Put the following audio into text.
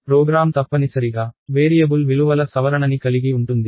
programme తప్పనిసరిగా variable విలువల సవరణని కలిగి ఉంటుంది